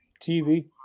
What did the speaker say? TV